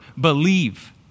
believe